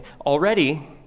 already